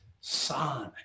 son